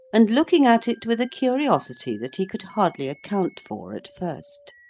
and looking at it with a curiosity that he could hardly account for at first.